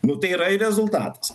nu tai yra ir rezultatas